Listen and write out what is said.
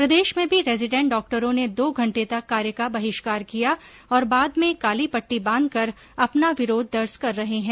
प्रदेश में भी रेजीडेंट डॉक्टरों ने दो घंटे तक कार्य का बहिष्कार किया और बाद में काली पट्टी बांधकर अपना विरोध दर्ज कर रहे है